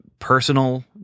personal